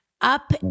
up